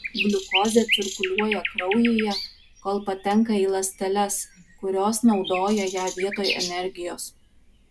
gliukozė cirkuliuoja kraujyje kol patenka į ląsteles kurios naudoja ją vietoj energijos